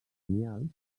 gremials